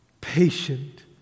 patient